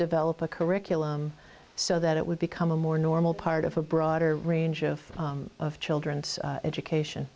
develop a curriculum so that it would become a more normal part of a broader range of children's education